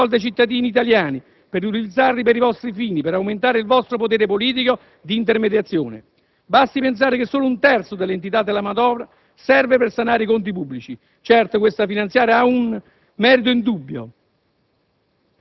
Togliete i soldi ai cittadini italiani per utilizzarli per i vostri fini, per aumentare il vostro potere politico di intermediazione. Basti pensare che solo un terzo dell'entità della manovra serve per sanare i conti pubblici. Certo questa finanziaria un merito indubbio